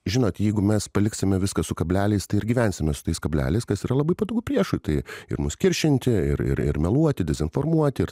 žinot jeigu mes paliksime viską su kableliais tai ir gyvensime su tais kableliais kas yra labai patogu priešu tai ir mus kiršinti ir ir meluoti dezinformuoti ir